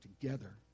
together